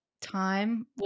time